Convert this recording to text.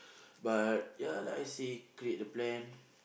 but ya like I say create the plan